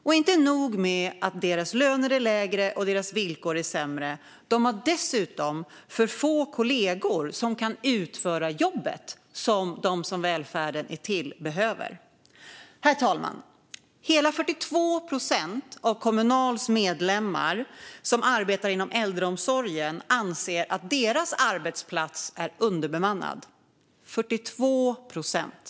Och inte nog med att deras löner är lägre och deras villkor sämre; de har dessutom alltför få kollegor som kan utföra jobbet som de som välfärden är till för behöver. Herr talman! Hela 42 procent av Kommunals medlemmar som arbetar inom äldreomsorgen anser att deras arbetsplats är underbemannad - 42 procent!